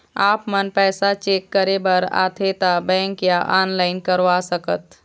आपमन पैसा चेक करे बार आथे ता बैंक या ऑनलाइन करवा सकत?